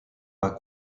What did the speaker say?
pas